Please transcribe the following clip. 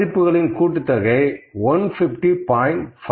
இந்த மதிப்புகளின் கூட்டுத்தொகை 150